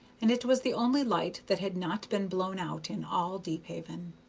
and it was the only light that had not been blown out in all deephaven.